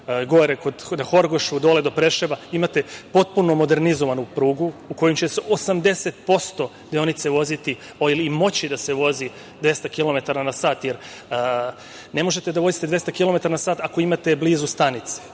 gore na Horgošu, dole do Preševa imate potpuno modernizovanu prugu u kojoj će se 80% deonice voziti ili moći da se vozi 200 kilometara na sat, jer ne možete da vozite 200 kilometara na sat ako imate blizu stanice.